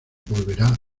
volverá